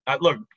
Look